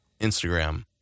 Instagram